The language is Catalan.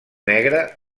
negre